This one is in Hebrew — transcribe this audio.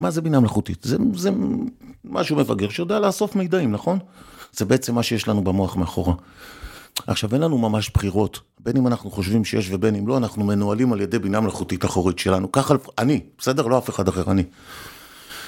מה זה בינה מלאכותית? זה משהו מבגר שיודע לאסוף מידעים, נכון? זה בעצם מה שיש לנו במוח מאחורה. עכשיו אין לנו ממש בחירות בין אם אנחנו חושבים שיש ובין אם לא, אנחנו מנוהלים על ידי בינה מלאכותית אחורית שלנו. ככה אני, בסדר? לא אף אחד אחר, אני.